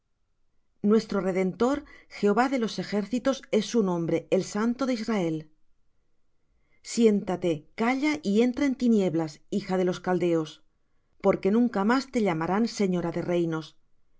nuestro redentor jehová de los ejércitos es su nombre el santo de israel siéntate calla y entra en tinieblas hija de los caldeos porque nunca más te llamarán señora de reinos